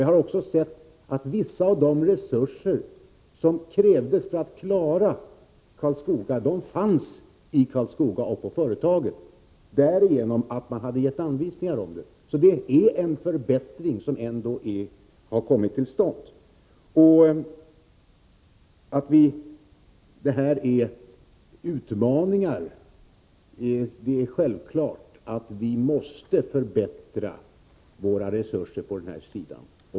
Jag har också sett att vissa av de resurser som krävdes för att klara händelsen i Karlskoga fanns i Karlskoga och på företaget just därigenom att man hade gett anvisningar om det. En förbättring har alltså ändå kommit till stånd. Detta är utmaningar, och det är självklart att vi måste förbättra våra resurser på den här sidan.